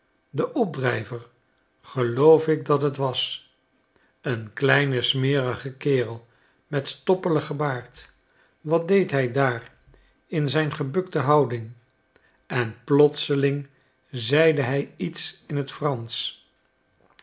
de opdrijver geloof ik dat het was een kleine smerige kerel met stoppeligen baard wat deed hij daar in zijn gebukte houding en plotseling zeide hij iets in het fransch